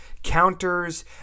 counters